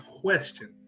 question